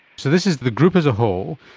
so this is the group as a whole,